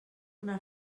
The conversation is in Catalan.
una